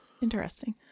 Interesting